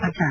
ಪ್ರಚಾರ